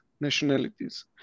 nationalities